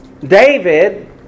David